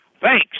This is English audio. Thanks